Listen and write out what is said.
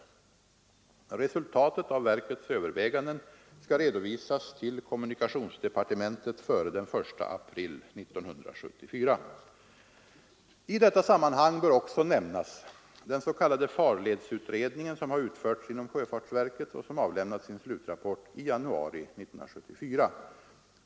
Resultatet av verkets överväganden skall redovisas till kommunikationsdepartementet före den 1 april 1974. I detta sammanhang bör också nämnas den s.k. farledsutredningen som har utförts inom sjöfartsverket och som avlämnat sin slutrapport i januari 1974.